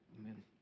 Amen